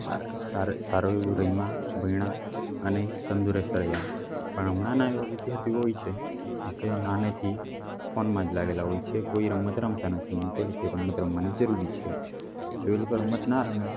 સારું એવું રમ્યા ભણ્યા અને તંદુરસ્ત રહ્યા પણ હમણાંના એવા વિદ્યાર્થીઓ હોય છે જે નાનેથી ફોનમાં જ લાગેલા હોય છે કોઈ રમત રમતા નથી નહિતર રમત રમવાની જરૂરી છે જો એ લોકો રમત ના રમે